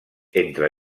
entre